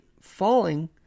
falling